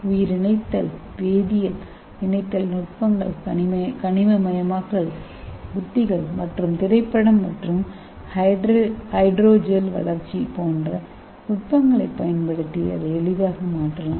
உயிர் இணைத்தல் வேதியியல் இணைத்தல் நுட்பங்கள் கனிமமயமாக்கல் உத்திகள் மற்றும் திரைப்படம் மற்றும் ஹைட்ரஜல் வளர்ச்சி போன்ற நுட்பங்களைப் பயன்படுத்தி அதை எளிதாக மாற்றலாம்